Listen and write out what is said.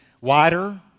wider